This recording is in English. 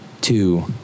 two